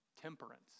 Temperance